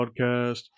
podcast